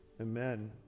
Amen